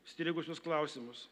strigusius klausimus